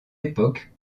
époque